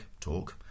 talk